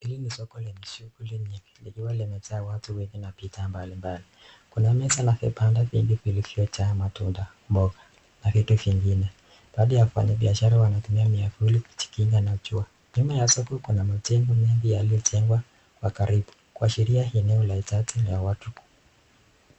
Hii ni soko lenye shughuli nyingi, likiwa limejaa watu wengi na wapitanjia mbali mbali. Kuna meza na vibanda vingi vilivyojaa matunda , mboga na vitu vingine. Baadhi ya wanabiashara wanatumia miavuli kujikinga na jua. Nyuma ya soko kuna majengo mengi yaliyojengwa kwa karibu, kuashiria eneo kwa ajili ya watu